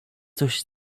coś